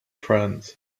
friends